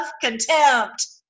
contempt